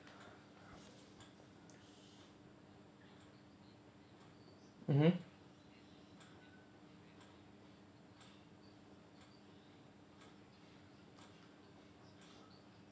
mmhmm